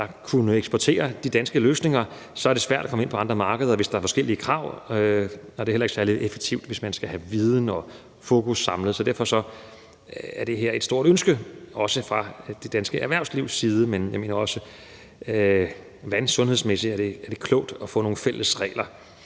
der kunne eksportere de danske løsninger, er det svært at komme ind på andre markeder, hvis der er forskellige krav, og det er heller ikke særlig effektivt, hvis man skal have viden og fokus samlet. Derfor er det her et stort ønske, også fra det danske erhvervslivs side, men jeg mener også, at det vandsundhedsmæssigt er klogt at få nogle fælles regler